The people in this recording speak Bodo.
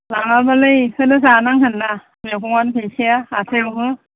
लाङाबालाय बेखौनो जानांगोनना मैगंआनो गैखाया हाथाइयावबो